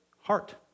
heart